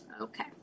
Okay